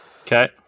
Okay